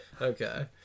okay